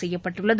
செய்யப்பட்டுள்ளது